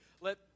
let